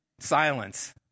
silence